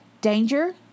Danger